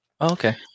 Okay